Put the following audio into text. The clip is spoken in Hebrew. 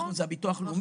אנחנו זה הביטוח הלאומי.